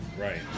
right